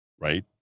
right